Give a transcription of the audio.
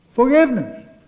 Forgiveness